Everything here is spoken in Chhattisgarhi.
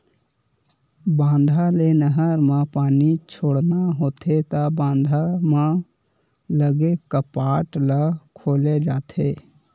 बांधा ले नहर म पानी छोड़ना होथे त बांधा म लगे कपाट ल खोले जाथे